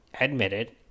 admitted